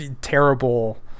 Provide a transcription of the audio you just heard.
terrible